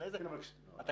מיליון שקל זה